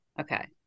Okay